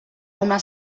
una